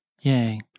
Yay